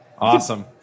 Awesome